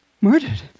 murdered